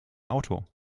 auto